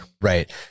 Right